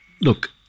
look